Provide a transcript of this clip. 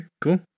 cool